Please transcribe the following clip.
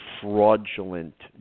fraudulent